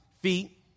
feet